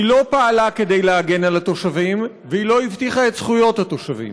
היא לא פעלה כדי להגן על התושבים והיא לא הבטיחה את זכויות התושבים.